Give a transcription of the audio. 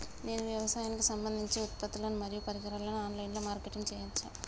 నేను వ్యవసాయానికి సంబంధించిన ఉత్పత్తులు మరియు పరికరాలు ఆన్ లైన్ మార్కెటింగ్ చేయచ్చా?